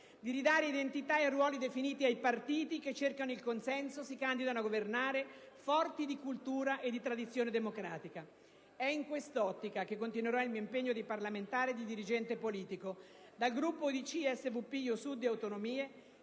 di ridare identità e ruoli definiti ai partiti che cercano il consenso, si candidano a governare, forti di cultura e di tradizione democratica. In quest'ottica continuerà il mio impegno di parlamentare e di dirigente politico. Al Gruppo UDC, SVP, Io Sud e Autonomie